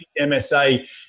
MSA